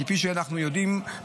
כפי שאנחנו יודעים,